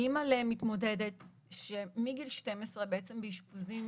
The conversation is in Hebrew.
אני אמא למתמודדת שמגיל 12 בעצם באשפוזים